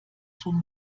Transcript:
schon